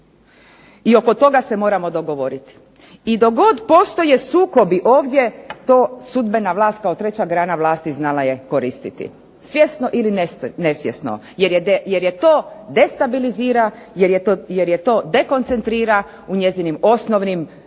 i oko toga se moramo dogovoriti. I dok god postoje sukobi ovdje to sudbena vlast kao treća grana vlasti znala je koristiti, svjesno ili nesvjesno, jer je to destabilizira, jer je to dekoncentrira u njezinim osnovnim zasadama